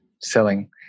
selling